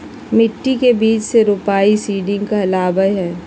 मिट्टी मे बीज के रोपाई सीडिंग कहलावय हय